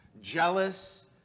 jealous